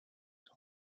dans